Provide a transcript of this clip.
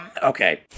Okay